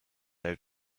out